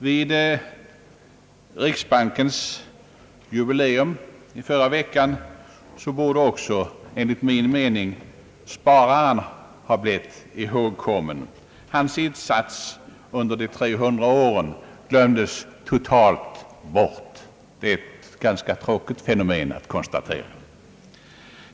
Vid riksbankens jubileum i förra veckan borde enligt min mening också spararen ha blivit ihågkommen. Hans insats under de 300 åren glömdes totalt bort. Det är ett ganska tråkigt fenomen att konstatera.